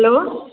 hello